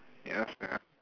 ya sia